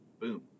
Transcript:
boom